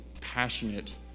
passionate